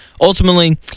Ultimately